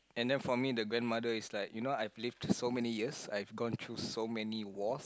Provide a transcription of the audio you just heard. and then for me the grandmother is like you know I lived so many years I've gone through so many wars